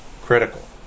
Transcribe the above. Critical